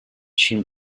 jim